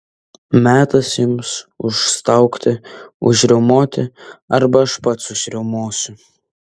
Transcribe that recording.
metas jums užstaugti užriaumoti arba aš pats užriaumosiu